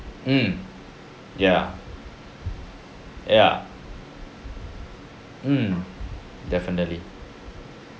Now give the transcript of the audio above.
mm ya ya mm definitely